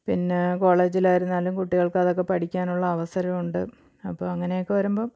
പിന്നെ കോളേജിലായിരുന്നാലും കുട്ടികൾക്കതൊക്കെ പഠിക്കാനുള്ള അവസരമുണ്ട് അപ്പം അങ്ങനെയൊക്കെ വരുമ്പം